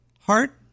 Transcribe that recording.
Heart